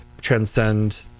transcend